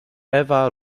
ewa